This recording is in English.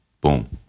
Boom